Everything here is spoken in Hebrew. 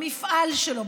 במפעל שלו,